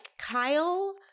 Kyle